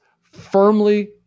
firmly